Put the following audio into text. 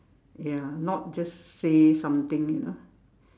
ya not just say something you know